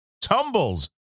tumbles